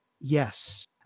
Yes